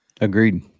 agreed